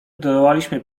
zdołaliśmy